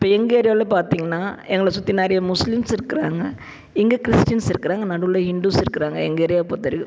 இப்போ எங்கள் ஏரியாவில் பார்த்தீங்கனா எங்களை சுற்றி நிறைய முஸ்லீம்ஸ் இருக்கிறாங்க இங்கே கிறிஸ்டீன்ஸ் இருக்கிறாங்க நடுவில் ஹிண்டூஸ் இருக்கிறாங்க எங்கள் ஏரியாவை பொறுத்த வரைக்கும்